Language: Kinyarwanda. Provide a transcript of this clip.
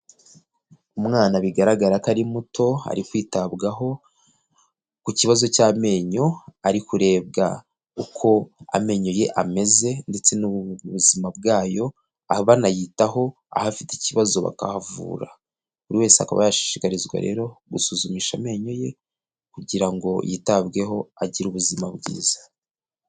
Umwana bigaragara ko ari muto ari kwitabwaho ku kibazo cy'amenyo ari kurebwa uko amenyo ye ameze ndetse n'ubu buzima bwayo, aha banayitaho aho afite ikibazo bakahavura, buri wese akaba yashishikarizwa rero gusuzumisha amenyo ye kugira ngo yitabweho agire ubuzima bwiza.